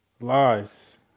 Lies